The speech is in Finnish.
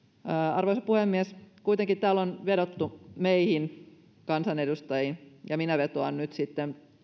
arvoisa puhemies kuitenkin täällä on vedottu meihin kansanedustajiin ja minä vetoan nyt sitten